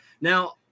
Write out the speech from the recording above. Now